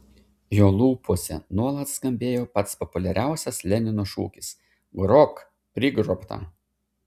jo lūpose nuolat skambėjo pats populiariausias lenino šūkis grobk prigrobtą